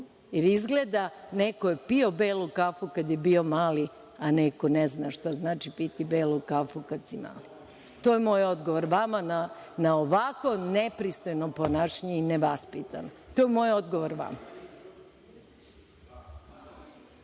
jer izgleda neko je pio belu kafu kada je bio mali, a neko ne zna šta znači piti belu kafu kad si mali. To je moj odgovor nama na ovako nepristojno ponašanje i nevaspitanost.(Radoslav